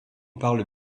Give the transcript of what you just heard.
parle